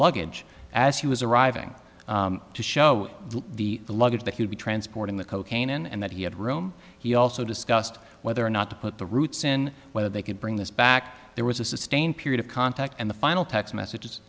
luggage as he was arriving to show the luggage that he would be transporting the cocaine in and that he had room he also discussed whether or not to put the roots in whether they could bring this back there was a sustained period of contact and the final text messages